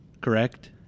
correct